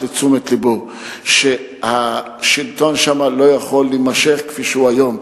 לתשומת לבו שהשלטון שם לא יכול להימשך כפי שהוא היום.